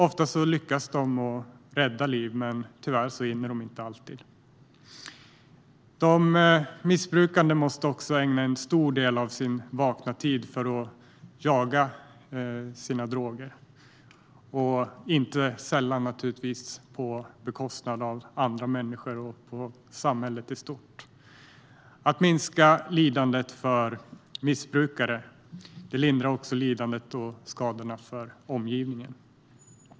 Oftast lyckas de rädda liv, men tyvärr hinner de inte alltid. De missbrukande måste också ägna en stor del av sin vakna tid åt att jaga droger - inte sällan på bekostnad av andra människor och av samhället i stort. Att minska lidandet för missbrukare lindrar också lidandet och skadorna för omgivningen.